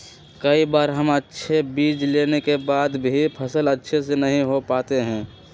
कई बार हम अच्छे बीज लेने के बाद भी फसल अच्छे से नहीं हो पाते हैं?